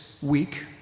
week